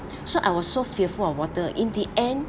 so I was so fearful of water in the end